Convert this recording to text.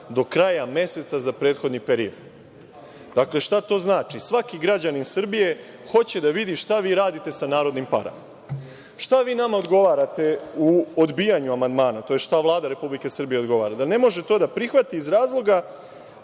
do kraja meseca za prethodni period. Dakle, šta to znači? Svaki građanin Srbije hoće da vidi šta vi radite sa narodnim parama. Šta vi nama odgovarate u odbijanju amandmana, tj. šta Vlada Republike Srbije odgovara? Da ne može to da prihvati iz razloga